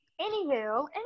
anywho